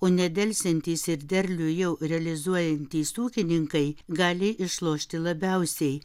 o nedelsiantys ir derlių jau realizuojantys ūkininkai gali išlošti labiausiai